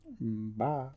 Bye